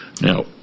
Now